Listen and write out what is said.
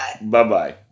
Bye-bye